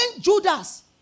Judas